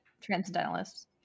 transcendentalists